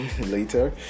later